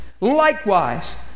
Likewise